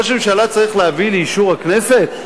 ראש ממשלה צריך להביא לאישור הכנסת?